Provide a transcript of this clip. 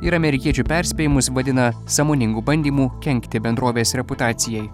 ir amerikiečių perspėjimus vadina sąmoningu bandymu kenkti bendrovės reputacijai